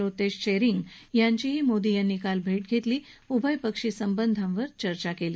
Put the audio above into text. लोटे त्शेरिंग यांचीही मोदी यांनी काल भेट घेतली आणि उभयपक्षी संबंधांवर चर्चा केली